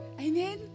Amen